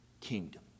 kingdom